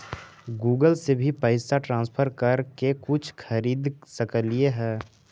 Google से भी पैसा ट्रांसफर कर के कुछ खरिद सकलिऐ हे?